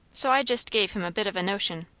so i just gave him a bit of a notion.